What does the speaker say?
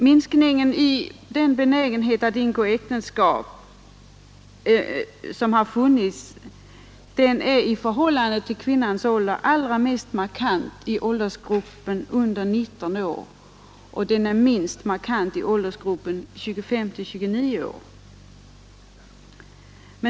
Minskningen i benägenhet att ingå äktenskap är i förhållande till kvinnans ålder allra mest markant i åldersgruppen under 19 år och den är minst markant i åldersgruppen 25—29 år.